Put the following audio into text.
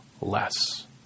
less